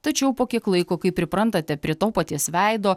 tačiau po kiek laiko kai priprantate prie to paties veido